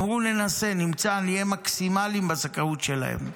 אמרו לי: ננסה, נמצא, נהיה מקסימליים בזכאות שלהם.